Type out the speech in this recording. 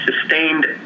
sustained